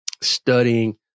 studying